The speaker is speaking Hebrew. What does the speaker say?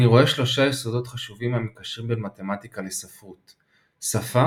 אני רואה שלושה יסודות חשובים המקשרים בין מתמטיקה לספרות שפה,